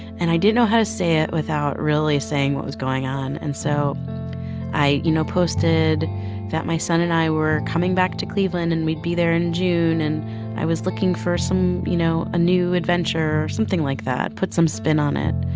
and i didn't know how to say it without really saying what was going on and so i, you know, posted that my son and i were coming back to cleveland and we'd be there in june and i was looking for some you know, a new adventure, something like that put some spin on it.